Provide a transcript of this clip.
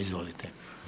Izvolite.